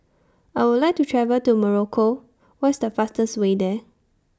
I Would like to travel to Morocco What IS The fastest Way There